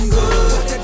good